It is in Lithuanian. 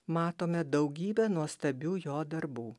matome daugybę nuostabių jo darbų